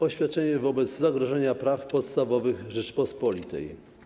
Oświadczenie wobec zagrożenia praw podstawowych Rzeczypospolitej.